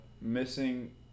missing